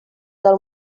del